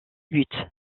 buts